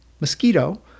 mosquito